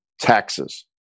taxes